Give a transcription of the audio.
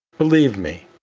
believe me.